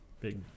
big